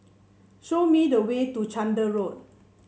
show me the way to Chander Road